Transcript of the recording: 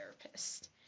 therapist